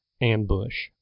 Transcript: ambush